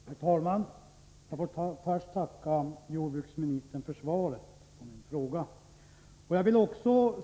Herr talman! Låt mig först tacka jordbruksministern för svaret på min fråga.